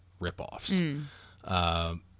ripoffs